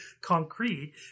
concrete